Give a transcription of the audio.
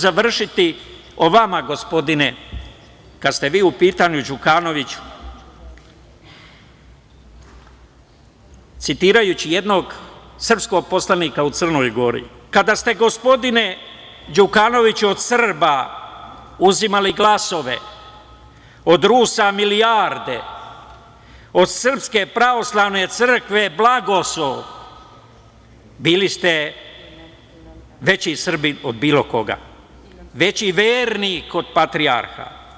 Završiću o vama, gospodine, kada ste vi u pitanju, Đukanoviću, citirajući jednog srpskog poslanika u Crnoj Gori: "Kada ste, gospodine Đukanoviću, od Srba uzimali glasove, od Rusa milijarde, od SPC blagoslov, bili ste veći Srbin od bilo koga, veći vernik od patrijarha.